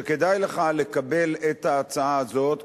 שכדאי לך לקבל את ההצעה הזאת,